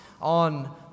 on